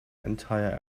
entire